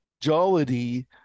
jollity